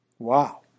Wow